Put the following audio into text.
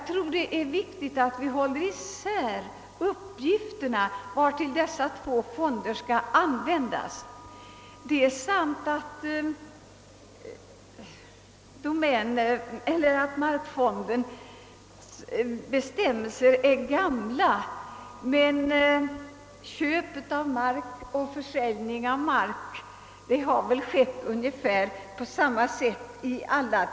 Det är viktigt att hålla isär de uppgifter som skall finansieras med medel från dessa två fonder. Markfondens bestämmelser är gamla, det är sant, men köp och försäljning av mark har väl i alla tider skett på ungefär samma sätt.